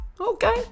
Okay